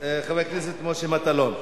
חבר הכנסת משה מטלון.